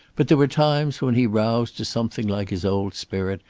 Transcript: but there were times when he roused to something like his old spirit,